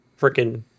freaking